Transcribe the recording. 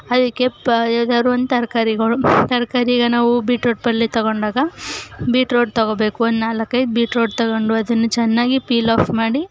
ಅದಕ್ಕೆ ಪ ಯಾವ್ದಾದ್ರೂ ಒಂದು ತರಕಾರಿಗಳು ತರಕಾರಿ ಈಗ ನಾವು ಬೀಟ್ರೋಟ್ ಪಲ್ಯ ತೊಗೊಂಡಾಗ ಬೀಟ್ರೋಟ್ ತೊಗೊಳ್ಬೇಕು ಒಂದು ನಾಲ್ಕೈದು ಬೀಟ್ರೋಟ್ ತೊಗೊಂಡು ಅದನ್ನು ಚೆನ್ನಾಗಿ ಪೀಲ್ ಆಫ್ ಮಾಡಿ